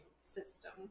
system